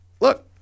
Look